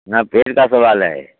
यहाँ तेल का सवाल है